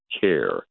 care